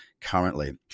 currently